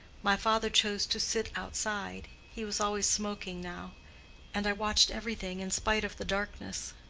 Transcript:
my father chose to sit outside he was always smoking now and i watched everything in spite of the darkness.